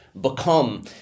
become